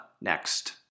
next